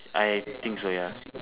I think so ya